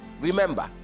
Remember